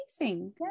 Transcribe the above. Amazing